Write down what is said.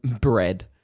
bread